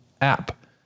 app